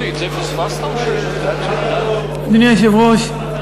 אדוני היושב-ראש,